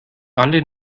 alle